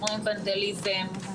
ונדליזם,